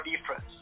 difference